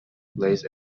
lays